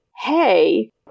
hey